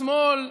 בשמאל: